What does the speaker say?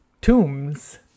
tombs